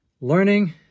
learning